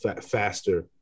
faster